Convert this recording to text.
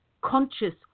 conscious